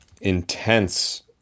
intense